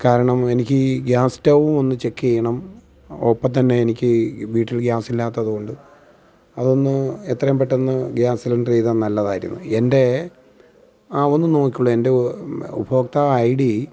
കാരണം എനിക്ക് ഈ ഗ്യാസ് സ്റ്റൗ ഒന്ന് ചെക്ക് ചെയ്യണം ഒപ്പം തന്നെ എനിക്ക് ഈ വീട്ടിൽ ഗ്യാസ് ഇല്ലാത്തത് കൊണ്ട് അതൊന്ന് എത്രയും പെട്ടെന്ന് ഗ്യാസ് സിലിണ്ടർ ചെയ്താൽ നല്ലതായിരുന്നു എൻ്റെ ആ ഒന്ന് നോക്കിക്കോളു എൻ്റെ ഉപഭോക്തൃ ഐ ഡി